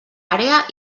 àrea